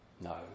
No